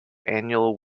annual